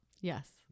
Yes